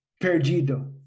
perdido